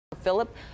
...Philip